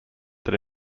that